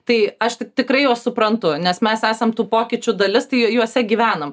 tai aš tik tikrai juos suprantu nes mes esam tų pokyčių dalis tai juose gyvenam